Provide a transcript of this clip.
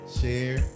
share